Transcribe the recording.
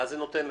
מה זה נותן לך?